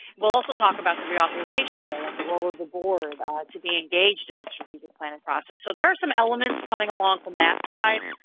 we'll also talk about the re-authorization bill and the role of the board to be engaged in the strategic planning process. so there are some elements coming along from that side.